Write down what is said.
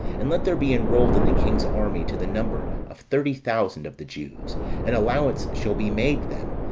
and let there be enrolled in the king's army to the number of thirty thousand of the jews and allowance shall be made them,